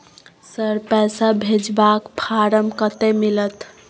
Sir, पैसा भेजबाक form कत्ते मिलत?